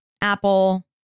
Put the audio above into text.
apple